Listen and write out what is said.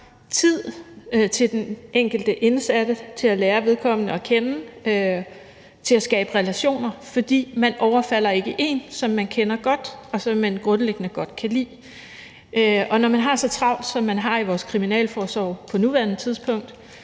tid til den enkelte indsatte, til at lære vedkommende at kende, til at skabe relationer. For man overfalder ikke en, som man kender godt, og som man grundlæggende godt kan lide. Og når de har så travlt, som de har i vores kriminalforsorg på nuværende tidspunkt,